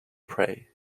prey